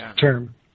term